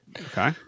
Okay